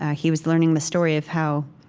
ah he was learning the story of how,